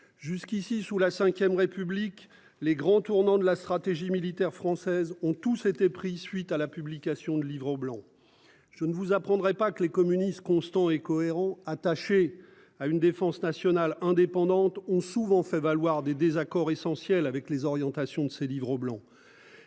jusqu'ici sous la Ve République. Les grands tournants de la stratégie militaire française ont tous été pris suite à la publication de livres au Blanc. Je ne vous apprendrai pas que les communistes constant et cohérent attaché à une défense nationale indépendante ont souvent fait valoir des désaccords essentiels avec les orientations de ses livres au Blanc.